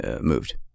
moved